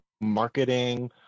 marketing